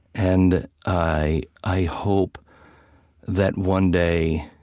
and i i hope that one day,